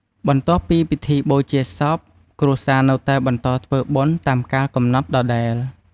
បន្ទាប់ពីពិធីបូជាសព គ្រួសារនៅតែបន្តធ្វើបុណ្យតាមកាលកំណត់ដដែល។